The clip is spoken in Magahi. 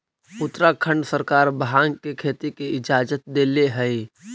उत्तराखंड सरकार भाँग के खेती के इजाजत देले हइ